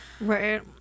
Right